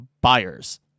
buyers